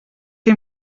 que